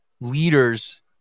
leaders